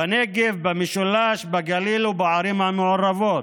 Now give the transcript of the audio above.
בנגב, במשולש, בגליל ובערים המעורבות,